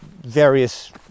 various